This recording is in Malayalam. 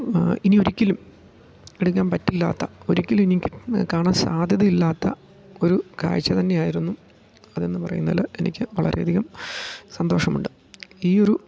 ഇനി ഒരിക്കലും എടുക്കാൻ പറ്റില്ലാത്ത ഒരിക്കലും ഇനി ക് കാണാൻ സാധ്യത ഇല്ലാത്ത ഒരു കാഴ്ച തന്നെയായിരുന്നു അതെന്ന് പറയുന്നതിൽ എനിക്ക് വളരെ അധികം സന്തോഷമുണ്ട് ഈ ഒരു